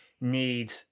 need